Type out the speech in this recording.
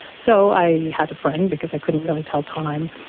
so i had a friend, because i couldn't really tell time,